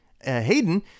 Hayden